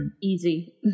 Easy